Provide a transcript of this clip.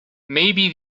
maybe